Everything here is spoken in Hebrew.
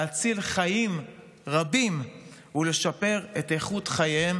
להציל חיים רבים ולשפר את איכות חייהם